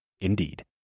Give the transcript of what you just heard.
Indeed